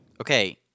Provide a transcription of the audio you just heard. Okay